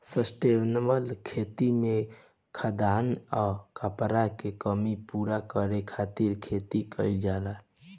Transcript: sustainable खेती में खाद्यान आ कपड़ा के कमी पूरा करे खातिर खेती कईल जाला